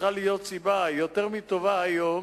שצריכה להיות סיבה יותר מטובה היום,